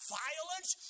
violence